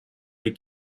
les